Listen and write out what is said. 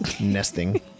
nesting